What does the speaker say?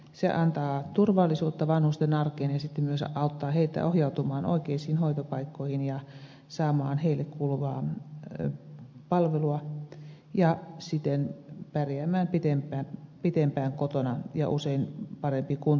se antaa turvallisuutta vanhusten arkeen ja myös auttaa heitä ohjautumaan oikeisiin hoitopaikkoihin ja saamaan heille kuuluvaa palvelua ja siten pärjäämään pitempään kotona ja usein parempi kun